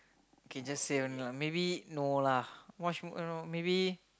K just say only lah maybe no lah watch movie no maybe